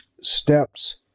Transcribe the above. steps